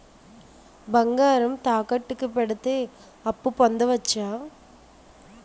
బంగారం తాకట్టు కి పెడితే అప్పు పొందవచ్చ?